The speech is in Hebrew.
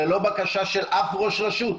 ללא בקשה של אף ראש רשות.